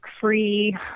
free